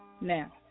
Now